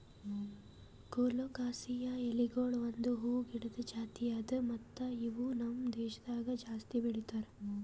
colocasia ಎಲಿಗೊಳ್ ಒಂದ್ ಹೂವು ಗಿಡದ್ ಜಾತಿ ಅದಾ ಮತ್ತ ಇವು ನಮ್ ದೇಶದಾಗ್ ಜಾಸ್ತಿ ಬೆಳೀತಾರ್